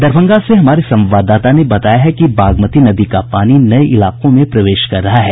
दरभंगा से हमारे संवाददाता ने बताया है कि बागमती नदी का पानी नये इलाकों में प्रवेश कर रहा है